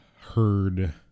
heard